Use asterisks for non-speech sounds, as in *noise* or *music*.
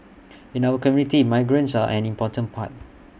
*noise* in our community migrants are an important part